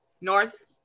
North